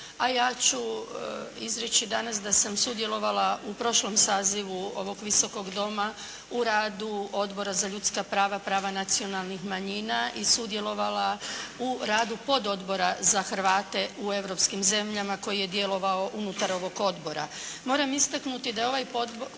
a ja ću izreći danas da sam sudjelovala u prošlom sazivu ovoga Visokoga doma, u radu Odbora za ljudska prava i prava nacionalnih manjina i sudjelovala u radu pododbora za Hrvate u europskim zemljama koji je djelovao unutar ovoga Odbora. Moram istaknuti da je ovaj pododbor